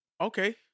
Okay